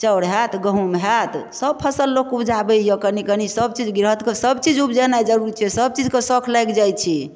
चाउर होयत गहूँम होयत सब फसल लोक ऊपजाबैया कनी कनी सबचीज गृहस्थके सबचीज ऊपजेनाइ जरुरी छै सबचीजके शौक लागि जाइत छै